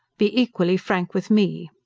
be equally frank with me.